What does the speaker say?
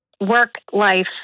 work-life